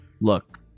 look